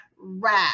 rap